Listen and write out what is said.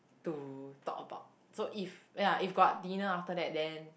to talk about so if ya if got dinner after that then